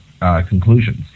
conclusions